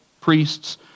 priests